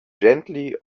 gently